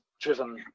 driven